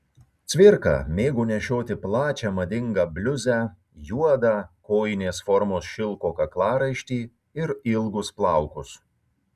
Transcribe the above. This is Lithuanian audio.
cvirka mėgo nešioti plačią madingą bliuzę juodą kojinės formos šilko kaklaraištį ir ilgus plaukus